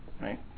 right